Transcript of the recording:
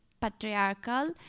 patriarchal